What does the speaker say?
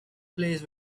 plays